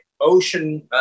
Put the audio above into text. ocean